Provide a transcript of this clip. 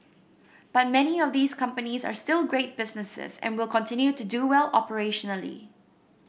but many of these companies are still great businesses and will continue to do well operationally